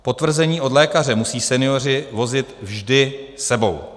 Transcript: Potvrzení od lékaře musí senioři vozit vždy s sebou.